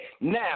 Now